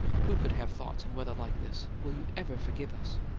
who could have thoughts in weather like this? will you ever forgive us?